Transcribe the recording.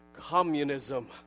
Communism